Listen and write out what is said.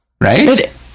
right